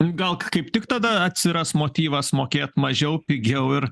gal kaip tik tada atsiras motyvas mokėt mažiau pigiau ir